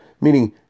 meaning